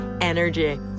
energy